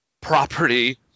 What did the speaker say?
property